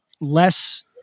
less